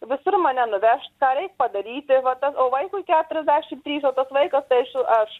visur mane nuvešt ką reik padaryti vat o vaikui keturiasdešim trys o tas vaikas tai esu aš